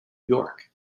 york